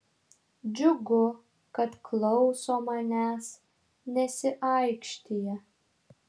džiugu kad klauso manęs nesiaikštija